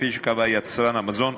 כפי שקבע יצרן המזון,